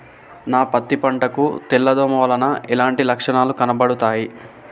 నా పత్తి పంట కు తెల్ల దోమ వలన ఎలాంటి లక్షణాలు కనబడుతాయి?